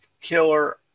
killer